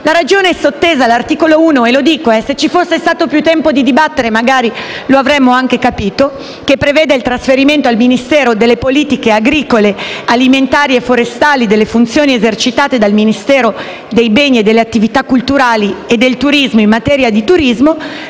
la ragione sottesa all'articolo 1 - lo dico ma, se ci fosse stato più tempo di dibattere, magari lo avremmo anche capito - che prevede il trasferimento al Ministero delle politiche agricole, alimentari e forestali delle funzioni esercitate dal Ministero dei beni, delle attività culturali e del turismo in materia di turismo